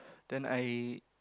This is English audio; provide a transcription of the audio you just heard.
then I